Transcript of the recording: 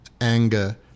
anger